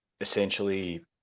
essentially